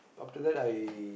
after that I